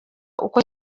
uko